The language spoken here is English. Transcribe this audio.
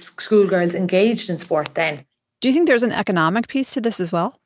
school girls engaged in sport then do you think there's an economic piece to this as well?